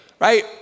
right